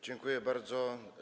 Dziękuję bardzo.